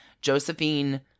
Josephine